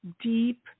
deep